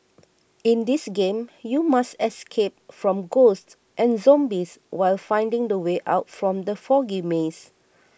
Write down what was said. in this game you must escape from ghosts and zombies while finding the way out from the foggy maze